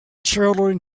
children